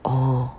oh